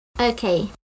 Okay